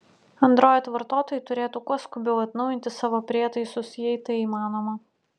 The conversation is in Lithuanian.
android vartotojai turėtų kuo skubiau atnaujinti savo prietaisus jei tai įmanoma